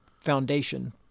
foundation